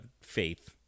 faith